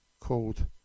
called